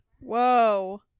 Whoa